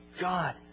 God